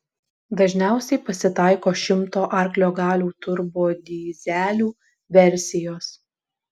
dažniausiai pasitaiko šimto arklio galių turbodyzelių versijos